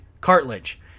cartilage